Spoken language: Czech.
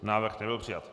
Návrh nebyl přijat.